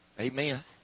Amen